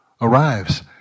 arrives